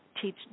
teach